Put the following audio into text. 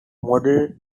model